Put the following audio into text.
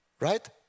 Right